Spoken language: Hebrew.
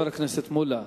חבר הכנסת מולה.